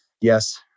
Yes